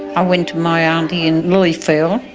i went to my aunty in lilyfield,